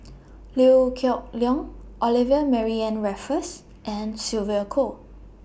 Liew Geok Leong Olivia Mariamne Raffles and Sylvia Kho